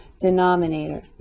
denominator